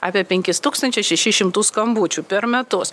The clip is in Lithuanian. apie penkis tūkstančius šešis šimtus skambučių per metus